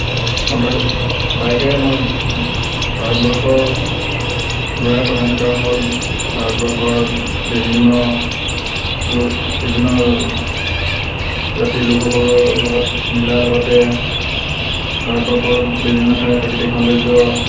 motor বাইকেৰে মই ভাৰতবৰ্ষৰ গৈ অহা প্ৰধান কাৰণ হ'ল ভাৰতবৰ্ষৰ বিভিন্ন লোক বিভিন্ন জাতিৰ লোকসকলৰ লগতে মিলাৰ লগতে ভাৰতবৰ্ষৰ বিভিন্ন ঠাইৰ প্ৰাকৃতিক সৌন্দৰ্য